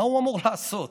מה הוא אמור לעשות?